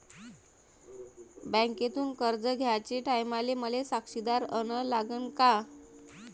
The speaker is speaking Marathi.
बँकेतून कर्ज घ्याचे टायमाले मले साक्षीदार अन लागन का?